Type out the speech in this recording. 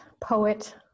poet